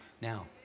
Now